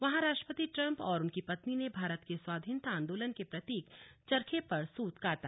वहां राष्ट्रपति ट्रंप और उनकी पत्नी ने भारत के स्वाधीनता आंदोलन के प्रतीक चरखे पर सूत काता